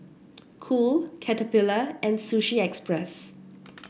Cool Caterpillar and Sushi Express